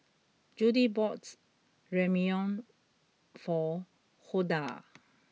Jody bought Ramyeon for Huldah